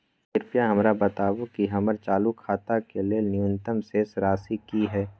कृपया हमरा बताबू कि हमर चालू खाता के लेल न्यूनतम शेष राशि की हय